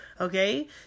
okay